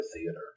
Theater